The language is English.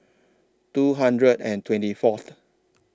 two hundred and twenty Fourth